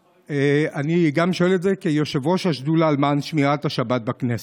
אני שואל את זה גם כיושב-ראש השדולה למען שמירת השבת בכנסת.